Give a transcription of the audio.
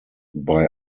bei